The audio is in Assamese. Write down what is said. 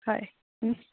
হয়